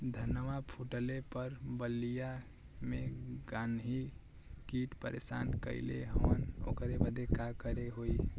धनवा फूटले पर बलिया में गान्ही कीट परेशान कइले हवन ओकरे बदे का करे होई?